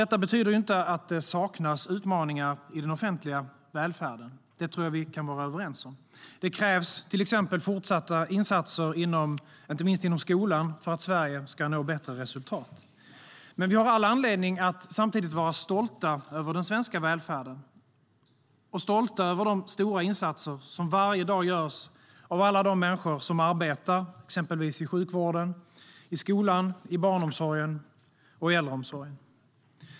Detta betyder inte att det saknas utmaningar i den offentliga välfärden. Det tror jag att vi kan vara överens om. Det krävs till exempel fortsatta insatser inte minst inom skolan för att Sverige ska nå bättre resultat. Men vi har all anledning att vara stolta över den svenska välfärden och de stora insatser som varje dag görs av alla de människor som arbetar exempelvis i sjukvården, i skolan, i barnomsorgen och i äldreomsorgen.